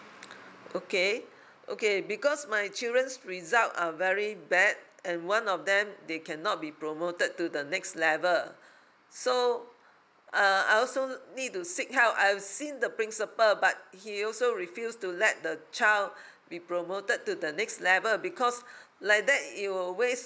okay okay because my children's result are very bad and one of them they cannot be promoted to the next level so uh I also need to seek help I have seen the principal but he also refused to let the child be promoted to the next level because like that it will waste